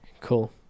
Cool